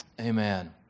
amen